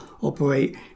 operate